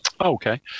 Okay